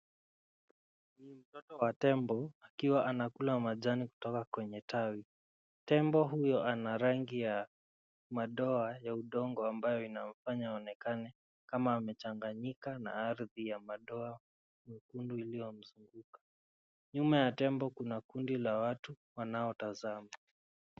Mtoto wa tembo akiwa anakula majani kutoka kwenye tawi. Tembo huyo ana rangi ya madoa ya udongo ambayo inamfanya aonekane kama amechanganyika na ardhi ya madoa nyekundu iliyomzunguka. Nyuma ya tembo, kuna kundi la watu wanaotazama.